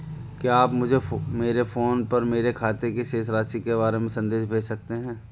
क्या आप मुझे मेरे फ़ोन पर मेरे खाते की शेष राशि के बारे में संदेश भेज सकते हैं?